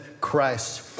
Christ